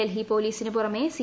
ഡൽഹി പോലീസിനു പുറമേ സി